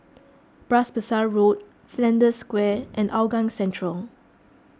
Bras Basah Road Flanders Square and Hougang Central